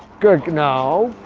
good. no!